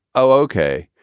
oh, ok,